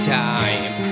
time